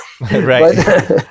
Right